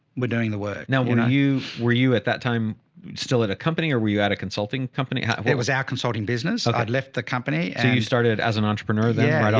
we're doing the work. now. you were you at that time still at a company or were you at a consulting company? i was at consulting business. i'd left the company. and and you started as an entrepreneur then, right off